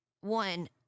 one